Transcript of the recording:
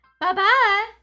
Bye-bye